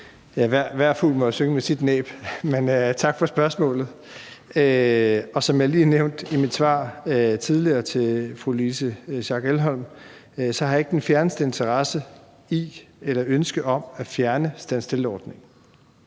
Hver fugl må jo synge med sit næb, men tak for spørgsmålet. Som jeg lige nævnte i mit svar tidligere til fru Louise Schack Elholm, har jeg ikke den fjerneste interesse i eller ønske om at fjerne stand still-ordningen